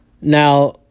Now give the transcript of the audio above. now